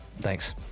Thanks